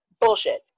bullshit